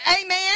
Amen